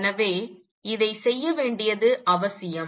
எனவே இதை செய்ய வேண்டியது அவசியம்